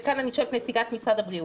וכאן אני שואלת את נציגת משרד הבריאות: